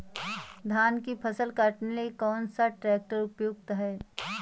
धान की फसल काटने के लिए कौन सा ट्रैक्टर उपयुक्त है?